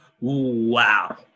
Wow